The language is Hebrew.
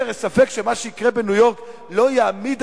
יש הרי ספק שמה שיקרה בניו-יורק לא יעמיד